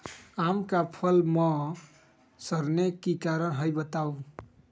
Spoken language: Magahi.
आम क फल म सरने कि कारण हई बताई?